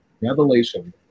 Revelation